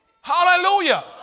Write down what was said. Hallelujah